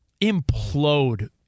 implode